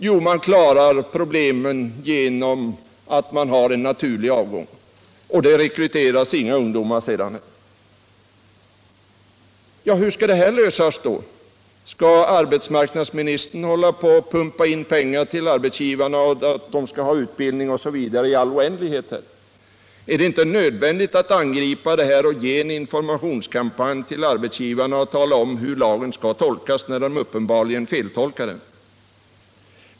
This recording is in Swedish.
Jo, man klarar problemen genom naturlig avgång. Sedan rekryteras inga ungdomar. Hur skall det bli i fortsättningen? Skall arbetsmarknadsministern hålla på att pumpa in pengar till arbetsgivarna för att de skall bedriva utbildning i all oändlighet? Är det inte nödvändigt att angripa de här problemen, att starta en informationskampanj och tala om för arbetsgivarna hur lagen skall tolkas, när de uppenbarligen feltolkar den?